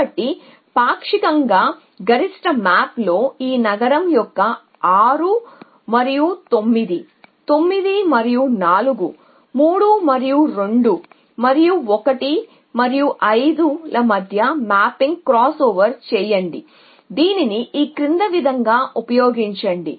కాబట్టి పాక్షికంగా గరిష్ట మ్యాప్లో ఈ నగరం యొక్క 6 మరియు 9 9 మరియు 4 3 మరియు 2 మరియు 1 మరియు 5 ల మధ్య మ్యాపింగ్ క్రాస్ ఓవర్ చేయండి మరియు దీనిని ఈ క్రింది విధంగా ఉపయోగించండి